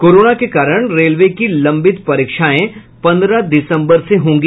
corona के कारण railway की लंबित परीक्षाएं पंद्रह दिसम्बर से होंगी